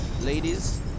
Ladies